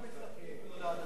אנחנו מסתפקים בהודעת השר.